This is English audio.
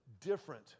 different